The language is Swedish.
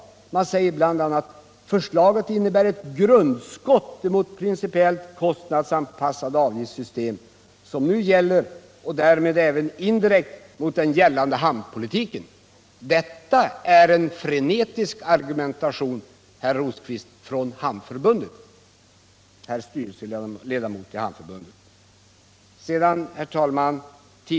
Hamnförbundet säger bl.a. att förslaget innebär ett grundskott mot det principiellt kostnadsanpassade avgiftssystem som nu gäller och därmed även indirekt mot den gällande hamnpolitiken. Detta är en frenetisk argumentation från Hamnförbundet, herr Rosqvist — styrelseledamot i Hamnförbundet.